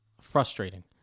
frustrating